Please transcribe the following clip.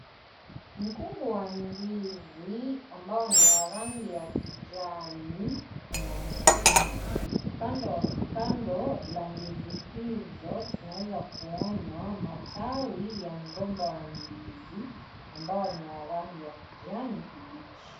Mkungu wa ndizi ambao ni wa rangi ya kijani. Unaonekana kando la ndizi hizo tunaweza kuona matawi ya mgomba wa ndizi ambao niwa rangi ya kijani kibichi.